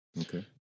Okay